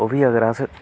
ओह् बी अगर अस